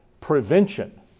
Prevention